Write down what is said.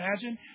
imagine